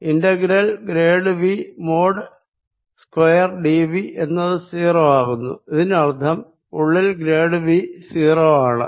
integral grad V mod square d V എന്നത് 0 ആകുന്നു ഇതിനർത്ഥം ഉള്ളിൽ ഗ്രേഡ് V 0 ആണ്